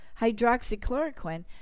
hydroxychloroquine